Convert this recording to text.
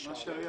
זה מה שהיה.